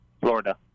Florida